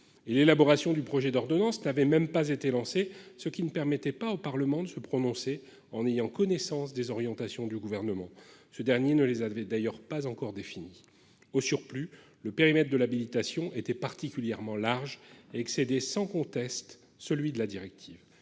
l'élaboration du projet d'ordonnance n'avait même pas été lancée, ce qui ne permettait pas au Parlement de se prononcer en ayant connaissance des orientations du gouvernement, ce dernier ne les avait d'ailleurs pas encore défini. Au surplus, le périmètre de l'habilitation était particulièrement large excédés sans conteste celui de la directive,